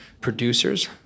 producers